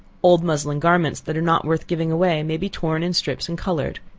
old muslin garments that are not worth giving away, may be torn in strips and colored.